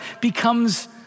becomes